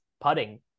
putting